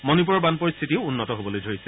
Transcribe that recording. মণিপুৰৰ বান পৰিস্থিতিও উন্নত হ'ব ধৰিছে